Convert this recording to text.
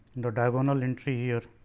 the diagonal entry here.